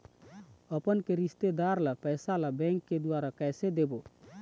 अपन के रिश्तेदार ला पैसा ला बैंक के द्वारा कैसे देबो?